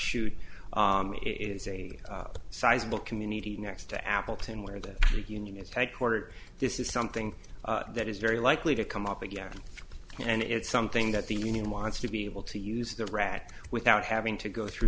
shoot it is a sizable community next to appleton where the union is a court this is something that is very likely to come up again and it's something that the union wants to be able to use the rat without having to go through